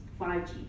5G